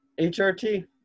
HRT